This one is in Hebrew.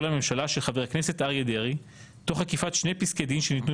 לממשלה של חבר הכנסת אריה דרעי תוך עקיפת שני פסקי דין שניתנו